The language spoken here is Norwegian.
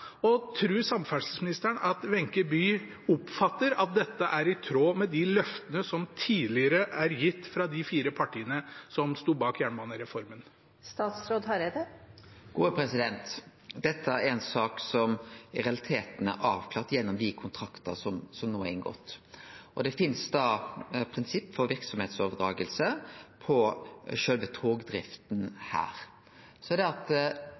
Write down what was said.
og tror samferdselsministeren at Wenche Bye oppfatter at dette er i tråd med de løftene som tidligere er gitt fra de fire partiene som sto bak jernbanereformen? Dette er ei sak som i realiteten er avklart gjennom dei kontraktane som no er inngått. Det finst da prinsipp for verksemdsoverdraging på sjølve togdrifta. For dei som er underleverandørar, finst det